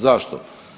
Zašto?